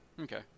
Okay